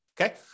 okay